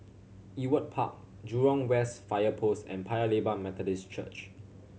Ewart Park Jurong West Fire Post and Paya Lebar Methodist Church